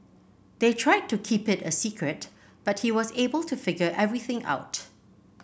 they tried to keep it a secret but he was able to figure everything out